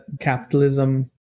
capitalism